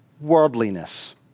worldliness